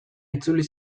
itzuli